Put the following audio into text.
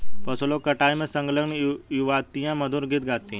फसलों की कटाई में संलग्न युवतियाँ मधुर गीत गाती हैं